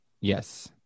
Yes